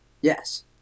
Yes